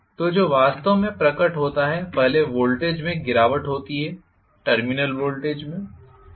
तो जो वास्तव में प्रकट होता है पहले वोल्टेज में गिरावट होती है टर्मिनल वोल्टेज में